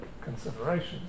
considerations